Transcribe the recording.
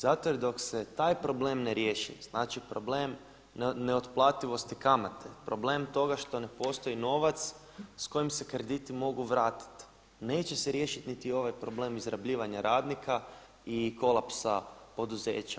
Zato jer dok se taj problem ne riješi, znači problem neotplativosti kamate, problem toga što ne postoji novac s kojim se krediti mogu vratiti neće se riješiti niti ovaj problem izrabljivanja radnika i kolapsa poduzeća.